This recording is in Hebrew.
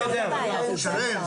סנטימטרים.